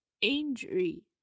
injury